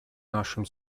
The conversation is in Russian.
нашем